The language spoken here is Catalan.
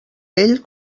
ell